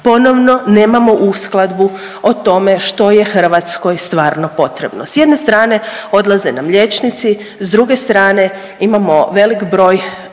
ponovno nemamo uskladbu o tome što je Hrvatskoj stvarno potrebno. S jedne strane odlaze nam liječnici, s druge strane imamo velik broj